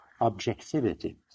objectivity